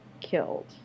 killed